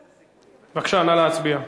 בבקשה, נא להצביע.